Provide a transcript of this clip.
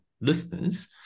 listeners